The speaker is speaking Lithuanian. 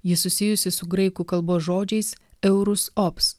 ji susijusi su graikų kalbos žodžiais eurus ops